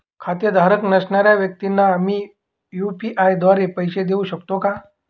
खातेधारक नसणाऱ्या व्यक्तींना मी यू.पी.आय द्वारे पैसे देऊ शकतो का?